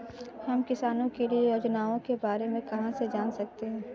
हम किसानों के लिए योजनाओं के बारे में कहाँ से जान सकते हैं?